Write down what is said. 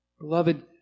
Beloved